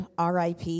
RIP